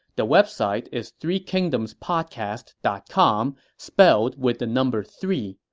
the website is three kingdomspodcast dot com, spelled with the number three.